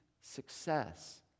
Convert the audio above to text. success